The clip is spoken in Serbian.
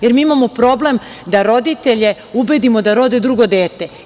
Jer, mi imamo problem da roditelje ubedimo da rode drugo dete.